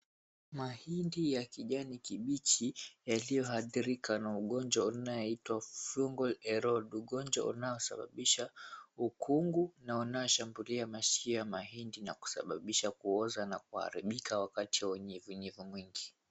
Mahindi ya kijani kibichi yaliyoadhirika na ugonjwa unaoitwa, Fungal Ear Rot. Ugonjwa unaosababisha ukungu, na unaishambulia masikio ya mahindi na kusababisha kuoza na kuharibika wakati wa unyevunyevu mwingi.